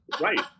right